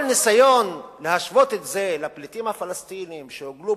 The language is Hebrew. כל ניסיון להשוות את זה לפליטים הפלסטינים שהוגלו